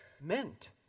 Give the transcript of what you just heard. meant